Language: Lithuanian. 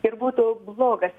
ir būtų blogas